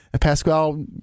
Pascal